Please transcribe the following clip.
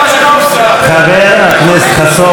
חבר הכנסת חסון, הנקודה ברורה.